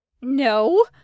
No